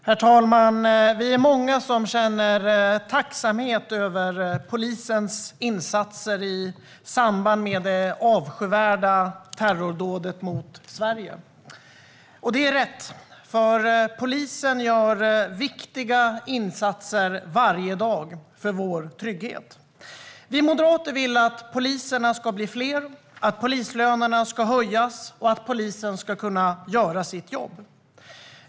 Herr talman! Vi är många som känner tacksamhet över polisens insatser i samband med det avskyvärda terrordådet mot Sverige. Det är rätt, för polisen gör viktiga insatser varje dag för vår trygghet. Vi moderater vill att poliserna ska bli fler, att polislönerna ska höjas och att polisen ska kunna göra sitt jobb.